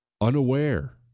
unaware